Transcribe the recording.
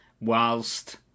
whilst